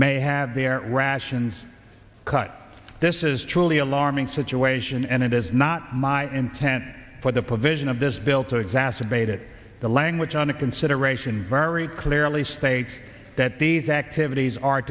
may have their rations cut this is truly alarming situation and it is not my intent but the provision of this bill to exacerbated the language on a consideration very clearly states that these activities are